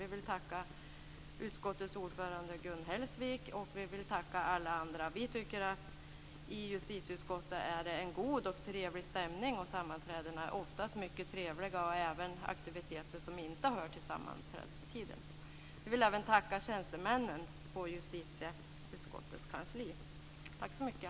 Vi vill tacka utskottets ordförande Gun Hellsvik och alla andra. Vi tycker att det är en god och trevlig stämning i justitieutskottet. Sammanträdena är oftast mycket trevliga, och det gäller även de aktiviteter som inte hör till sammanträdestiden. Vi vill även tacka tjänstemännen på justitieutskottets kansli. Tack så mycket!